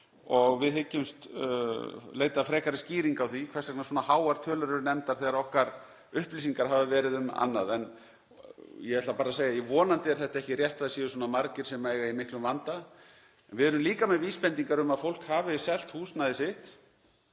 Við hyggjumst leita frekari skýringa á því hvers vegna svona háar tölur eru nefndar þegar okkar upplýsingar hafa verið um annað. En ég ætla bara að segja að vonandi er ekki rétt að það séu svona margir sem eiga í miklum vanda. Við erum líka með vísbendingar um að fólk hafi selt húsnæðið sitt,